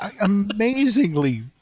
amazingly